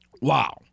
Wow